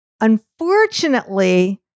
Unfortunately